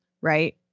right